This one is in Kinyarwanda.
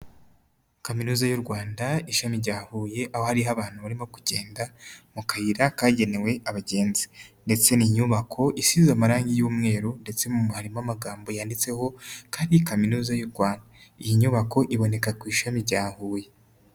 Kaminuza y'u Rwanda ishami rya Huye aho hariho abantu barimo kugenda mu kayira kagenewe abagenzi ndetse n'inyubako isize amarangi y'umweru ndetse mu harimo amagambo yanditseho ko ari kaminuza y'u Rwanda, iyi nyubako iboneka ku ishami rya Huye.